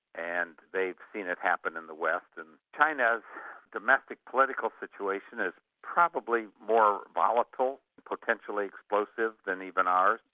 and they've seen it happen in the west, and china's domestic political situation is probably more volatile, potentially explosive, than even ours.